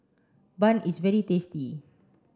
bun is very tasty